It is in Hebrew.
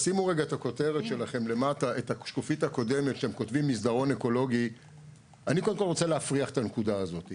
הוא טועה ומטעה, המרחב הזה הולך להגיע לקרוב לחצי